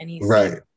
Right